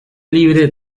libre